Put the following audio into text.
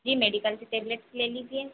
जी medical से tablets ले लीजिए